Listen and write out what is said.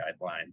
guidelines